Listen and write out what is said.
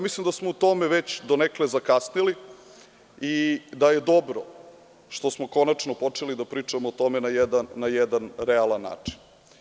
Mislim da smo u tome već donekle zakasnili i da je dobro što smo konačno počeli da pričamo o tome na jedna realan način.